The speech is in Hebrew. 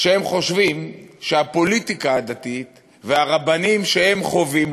שהם חושבים שהפוליטיקה הדתית והרבנים שהם חווים,